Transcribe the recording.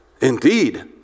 Indeed